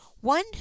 one